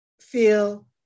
feel